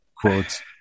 quotes